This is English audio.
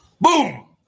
boom